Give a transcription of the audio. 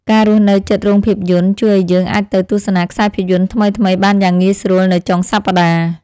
ការរស់នៅជិតរោងភាពយន្តជួយឱ្យយើងអាចទៅទស្សនាខ្សែភាពយន្តថ្មីៗបានយ៉ាងងាយស្រួលនៅចុងសប្តាហ៍។